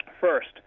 First